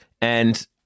and-